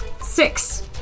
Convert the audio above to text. six